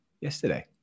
yesterday